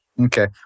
Okay